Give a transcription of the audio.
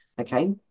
Okay